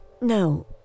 No